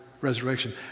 resurrection